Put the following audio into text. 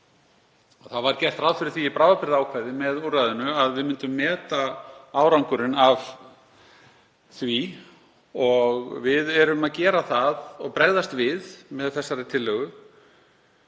gert var ráð fyrir því í bráðabirgðaákvæði með úrræðinu að við myndum meta árangurinn af því og við erum að gera það og bregðast við með þessari tillögu.